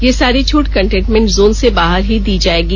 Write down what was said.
यह सारी छूट कंटेनमेंट जोन से बाहर ही दी जायेगी